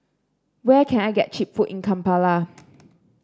where can I get cheap food in Kampala